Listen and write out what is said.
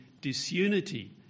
disunity